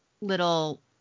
little